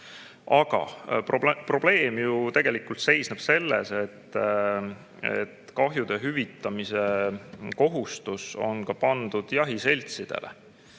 Aga probleem tegelikult seisneb selles, et kahjude hüvitamise kohustus on pandud jahiseltsidele.